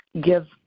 give